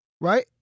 right